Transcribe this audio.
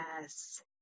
Yes